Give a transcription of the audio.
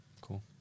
cool